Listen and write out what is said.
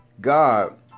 God